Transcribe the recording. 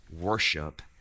worship